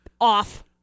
off